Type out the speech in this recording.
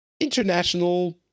international